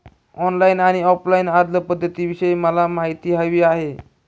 online आणि offline अर्जपध्दतींविषयी मला माहिती हवी आहे